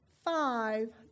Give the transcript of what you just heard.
Five